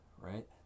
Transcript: right